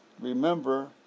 Remember